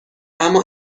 اما